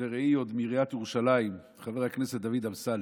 ורעי עוד מעיריית ירושלים חבר הכנסת דוד אמסלם,